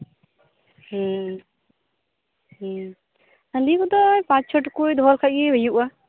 ᱦᱮᱸ ᱦᱮᱸ ᱦᱟᱺᱰᱤ ᱠᱩᱫᱚ ᱯᱟᱸᱪ ᱪᱷᱚ ᱴᱩᱠᱩᱡ ᱫᱚᱦᱚ ᱞᱮᱠᱷᱟᱡ ᱜᱤ ᱦᱩᱭᱩᱜᱼᱟ